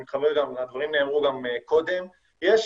והדברים נאמרו גם קודם, יש